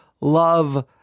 Love